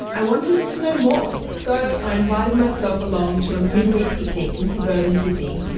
i wanted to know more. so i invited myself along to a midweek picnic in suburban sydney.